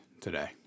today